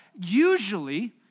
usually